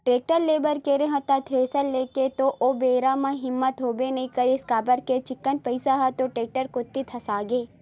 tractor ले बर गेंव त थेरेसर के लेय के तो ओ बेरा म हिम्मत होबे नइ करिस काबर के चिक्कन पइसा ह तो टेक्टर कोती धसगे